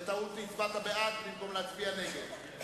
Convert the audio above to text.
63 נגד,